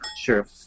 Sure